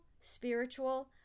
spiritual